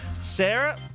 Sarah